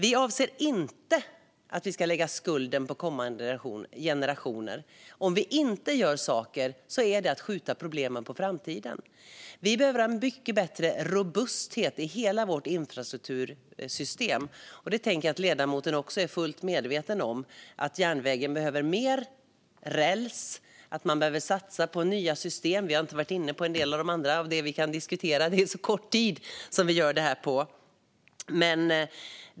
Vi avser inte att lägga skulden på kommande generationer. Om vi inte gör saker är det att skjuta problemen på framtiden. Vi behöver ha en mycket bättre robusthet i hela vårt infrastruktursystem. Jag tänker att också ledamoten är fullt medveten om att järnvägen behöver mer räls och att man behöver satsa på nya system. Vi har inte varit inne på en del av de andra. Vi kan diskutera dem, men det är ju så kort tid vi ska göra detta på.